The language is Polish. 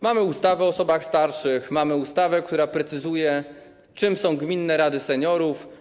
Mamy ustawę o osobach starszych, mamy ustawę, która precyzuje, czym są gminne rady seniorów.